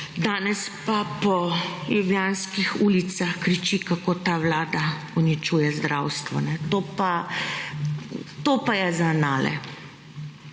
danes pa po ljubljanskih ulicah kriči, kako ta Vlada uničuje zdravstvo. To pa, to pa je